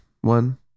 one